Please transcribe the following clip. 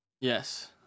Yes